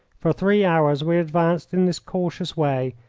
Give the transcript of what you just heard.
for three hours we advanced in this cautious way,